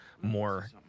more